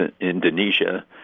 Indonesia